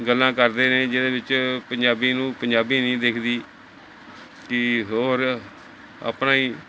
ਗੱਲਾਂ ਕਰਦੇ ਨੇ ਜਿਹਦੇ ਵਿੱਚ ਪੰਜਾਬੀ ਨੂੰ ਪੰਜਾਬੀ ਨਹੀਂ ਦਿਖਦੀ ਕਿ ਹੋਰ ਆਪਣਾ ਹੀ